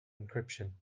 encryption